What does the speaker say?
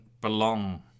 belong